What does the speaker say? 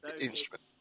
instrument